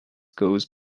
goes